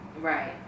right